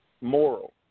moral